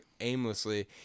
aimlessly